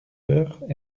heures